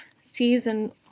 season